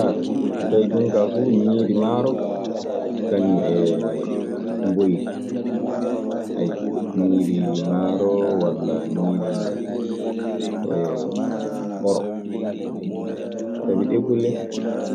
so tawii ɗun kaa fuu ñiiri maaro kañun e mboyri. ñiiri maaro walla ñiiri eeh oro ayyo, sabi ɗee kulle